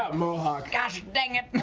mohawk. gosh dang it.